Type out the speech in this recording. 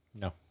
No